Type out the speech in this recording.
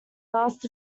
last